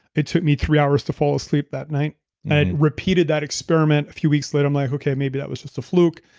it took me three hours to fall asleep that night and repeated that experiment a few weeks later, i'm like, okay, maybe that was just a fluke.